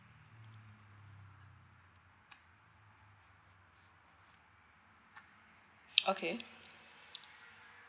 okay